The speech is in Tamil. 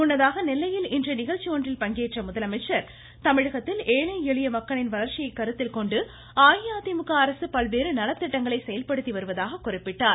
முன்னதாக நெல்லையில் இன்று நிகழ்ச்சி ஒன்றில் பங்கேற்ற முதலமைச்சர் தமிழகத்தில் ஏழை எளிய மக்களின் வளர்ச்சியை கருத்தில் கொண்டு அஇஅதிமுக அரசு பல்வேறு நலத்திட்டங்களை செயல்படுத்தி வருவதாக குறிப்பிட்டார்